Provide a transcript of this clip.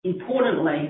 Importantly